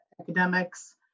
academics